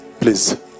please